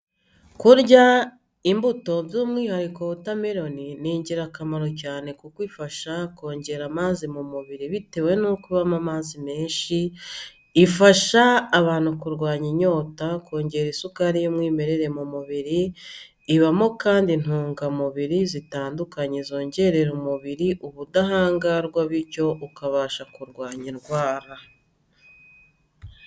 Kurya imbuto by'umwihariko wota meloni ni ingirakamaro cyane kuko ifasha kongera amazi mu mubiri bitewe n'uko ibamo amazi menshi, ifasha abantu kurwanya inyota, kongera isukari y'umwimerere mu mubiri, ibamo kandi intungamubiri zitandukanye zongerera umubiriri ubudahangarwa bityo ukabasha kurwanya indwara.